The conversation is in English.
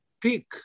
pick